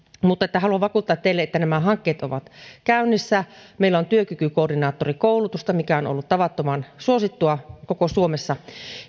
mutta haluan vakuuttaa teille että nämä hankkeet ovat käynnissä meillä on työkykykoordinaattorikoulutusta mikä on ollut tavattoman suosittua koko suomessa